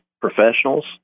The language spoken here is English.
professionals